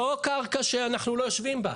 לא קרקע שאנחנו לא יושבים בה.